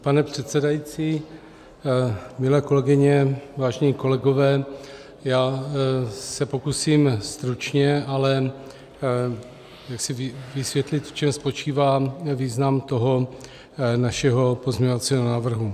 Pane předsedající, milé kolegyně, vážení kolegové, já se pokusím stručně, ale jaksi vysvětlit, v čem spočívá význam toho našeho pozměňovacího návrhu.